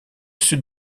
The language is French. sud